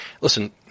listen